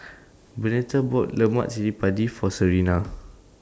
Bernita bought Lemak Cili Padi For Serina